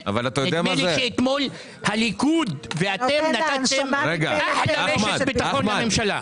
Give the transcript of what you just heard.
נדמה לי שאתמול הליכוד ואתם נתתם אחלה רשת ביטחון לממשלה.